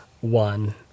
One